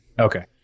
Okay